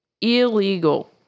Illegal